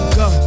go